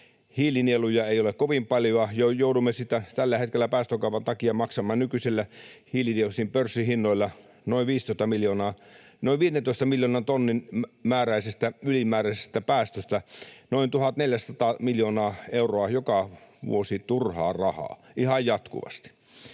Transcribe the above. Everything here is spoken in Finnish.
Hiilinieluja ei ole kovin paljoa. Joudumme tällä hetkellä päästökaupan takia maksamaan nykyisillä hiilidioksidin pörssihinnoilla noin 15 miljoonan tonnin ylimääräisestä päästöstä noin 1 400 miljoonaa euroa joka vuosi turhaa rahaa ihan jatkuvasti.